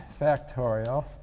factorial